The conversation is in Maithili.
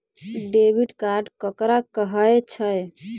डेबिट कार्ड ककरा कहै छै?